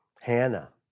Hannah